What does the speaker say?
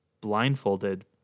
blindfolded